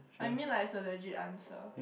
I mean like as a legit answer